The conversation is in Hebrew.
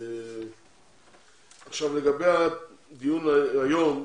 לגבי הדיון היום,